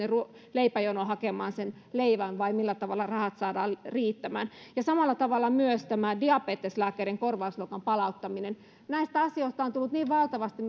leipäjonoon hakemaan leivän vai millä tavalla rahat saadaan riittämään samalla tavalla myös diabeteslääkkeiden korvausluokan palauttaminen näistä asioista on tullut valtavasti